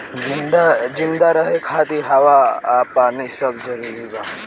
जिंदा रहे खातिर हवा आ पानी सब जरूरी बा